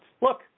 Look